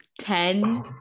ten